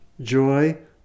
joy